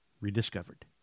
rediscovered